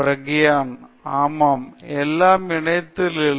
பிராக்யன் ஆமாம் எல்லாமே இணையத்தில் இல்லை